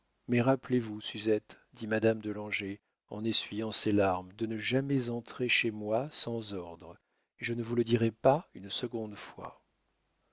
mais rappelez-vous suzette dit madame de langeais en essuyant ses larmes de ne jamais entrer chez moi sans ordre et je ne vous le dirai pas une seconde fois